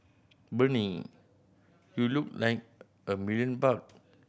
Bernie you look like a million bucks